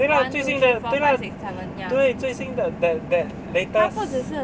对啦最新的对啦对最新的 that that latest